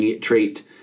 trait